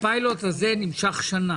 הפיילוט הזה נמשך שנה